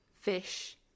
Fish